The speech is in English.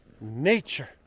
nature